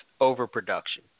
overproduction